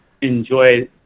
enjoy